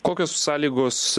kokios sąlygos